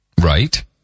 Right